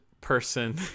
person